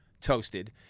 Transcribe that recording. toasted